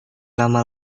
lama